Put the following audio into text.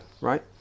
Right